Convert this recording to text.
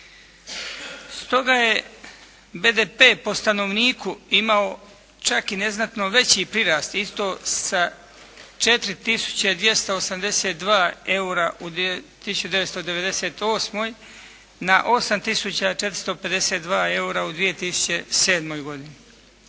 Stog je BDP po stanovniku imao čak i neznatno veći prirast isto sa 4 tisuće 282 eura u 1998., na 8 tisuća 452 eura u 2007. godini.